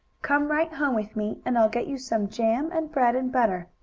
come right home with me and i'll get you some jam and bread and butter.